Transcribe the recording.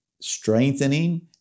strengthening